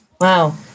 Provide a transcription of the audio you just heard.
Wow